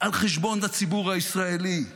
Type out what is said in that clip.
על חשבון הציבור הישראלי.